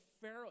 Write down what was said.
Pharaoh